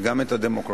וגם את הדמוקרטיה,